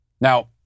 Now